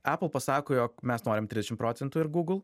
epal pasako jog mes norim trisdešim procentų ir gūgl